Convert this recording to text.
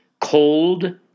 cold